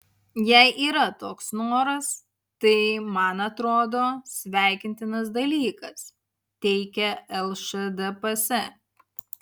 jei yra toks noras tai man atrodo sveikintinas dalykas teigė lšdps